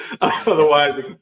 otherwise